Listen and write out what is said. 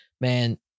Man